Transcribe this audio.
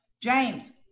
James